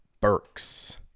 Burks